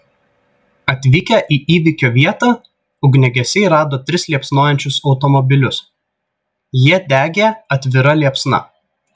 atvykę į įvykio vietą ugniagesiai rado tris liepsnojančius automobilius jie degė atvira liepsna